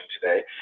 today